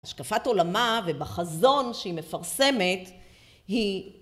השקפת עולמה ובחזון שהיא מפרסמת, היא...